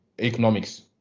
economics